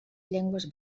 llengües